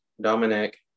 Dominic